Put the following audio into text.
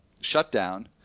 shutdown